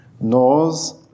knows